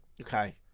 Okay